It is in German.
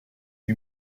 wie